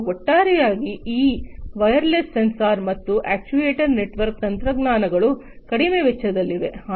ಮತ್ತು ಒಟ್ಟಾರೆಯಾಗಿ ಈ ವೈರ್ಲೆಸ್ ಸೆನ್ಸರ್ ಮತ್ತು ಅಕ್ಚುಯೆಟರ್ ನೆಟ್ವರ್ಕ್ ತಂತ್ರಜ್ಞಾನಗಳು ಕಡಿಮೆ ವೆಚ್ಚದಲ್ಲಿವೆ